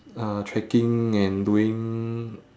uh trekking and doing